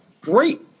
great